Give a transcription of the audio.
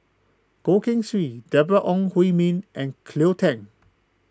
Goh Keng Swee Deborah Ong Hui Min and Cleo Thang